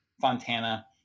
Fontana